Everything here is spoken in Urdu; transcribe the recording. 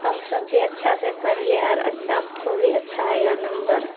آپ سب بھی اچھا سے پڑھے اور آپ کو بھی اچھا آئے گا نمبر